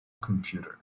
computer